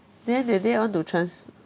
then that day I want to trans~